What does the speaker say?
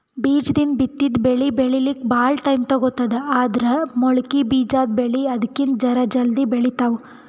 ಬೀಜದಿಂದ್ ಬಿತ್ತಿದ್ ಬೆಳಿ ಬೆಳಿಲಿಕ್ಕ್ ಭಾಳ್ ಟೈಮ್ ತಗೋತದ್ ಆದ್ರ್ ಮೊಳಕೆ ಬಿಜಾದ್ ಬೆಳಿ ಅದಕ್ಕಿಂತ್ ಜರ ಜಲ್ದಿ ಬೆಳಿತಾವ್